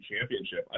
championship